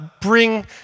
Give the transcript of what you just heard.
bring